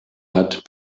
hat